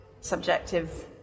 subjective